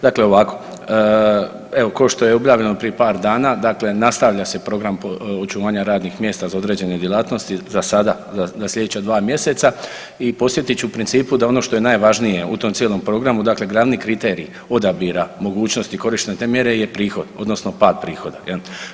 Dakle ovako, evo košto je objavljeno prije par dana, dakle nastavlja se program očuvanja radnih mjesta za određene djelatnosti za sada, za slijedeća dva mjeseca i posjetit ću u principu da ono što je najvažnije u tom cijelom programu, dakle glavni kriterij odabira mogućnosti korištenja te mjere je prihod odnosno pad prihoda jel.